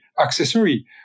accessory